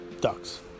ducks